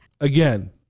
Again